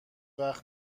وقت